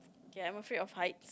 ya I'm afraid of height